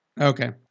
Okay